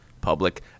public